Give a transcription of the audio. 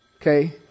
Okay